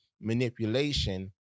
manipulation